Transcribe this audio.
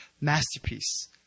masterpiece